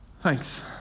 Thanks